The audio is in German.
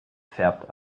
färbt